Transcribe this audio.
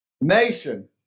Nation